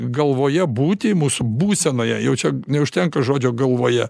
galvoje būti mūsų būsenoje jau čia neužtenka žodžio galvoje